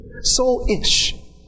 Soul-ish